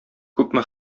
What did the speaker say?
күпме